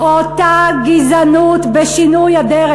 אותה גזענות בשינוי אדרת.